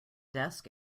desk